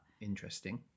Interesting